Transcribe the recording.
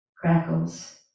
crackles